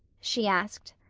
she asked.